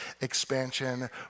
expansion